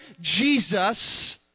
Jesus